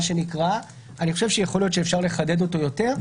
בכל זאת אני חושב שאולי אפשר לחדד אותו יותר.